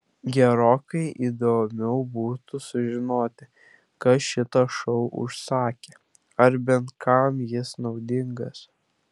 gerokai įdomiau būtų sužinoti kas šitą šou užsakė ar bent kam jis naudingas